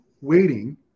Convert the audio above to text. waiting